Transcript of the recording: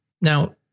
Now